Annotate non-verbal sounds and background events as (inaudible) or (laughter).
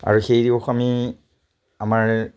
আৰু সেই (unintelligible) আমাৰ